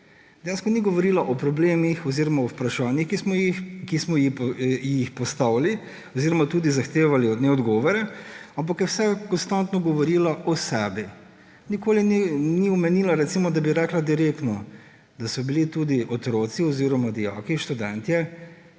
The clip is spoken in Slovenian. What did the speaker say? Dejansko ni govorila o problemih oziroma o vprašanjih, ki smo ji jih postavili oziroma tudi zahtevali od nje odgovore, ampak je konstantno govorila o sebi. Nikoli ni omenila recimo, da bi rekla direktno, da so bili tudi otroci oziroma dijaki, študentje